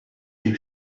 you